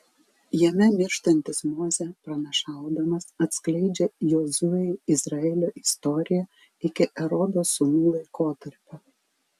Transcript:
jame mirštantis mozė pranašaudamas atskleidžia jozuei izraelio istoriją iki erodo sūnų laikotarpio